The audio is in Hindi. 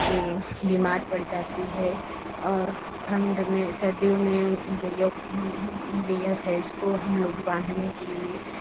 बीमार पड़ जाती है और ठंड में सर्दियों में गइया गइया भैंस को हम लोग बांधने के लिए